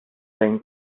when